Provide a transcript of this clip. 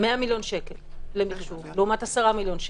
100 מיליון שקל למחשוב, לעומת 10 מיליון שקל.